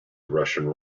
russian